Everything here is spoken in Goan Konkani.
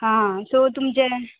हां सो तुमचे